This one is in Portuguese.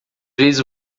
vezes